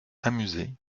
amusé